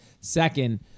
second